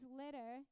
letter